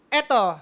eto